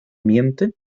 miente